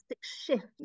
shift